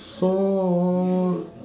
so